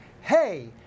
Hey